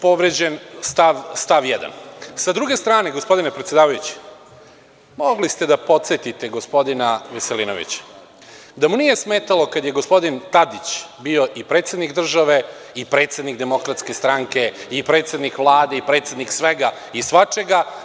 Povređen je član 106. stav 1. S druge strane, gospodine predsedavajući, mogli ste da podsetite gospodina Veselinovića da mu nije smetalo kada je gospodin Tadić bio i predsednik države i predsednik DS i predsednik Vlade i predsednik svega i svačega.